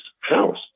house